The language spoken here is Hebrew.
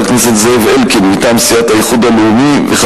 חבר הכנסת זאב אלקין מטעם סיעת האיחוד הלאומי, ב.